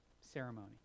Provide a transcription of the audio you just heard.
ceremony